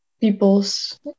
people's